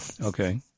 Okay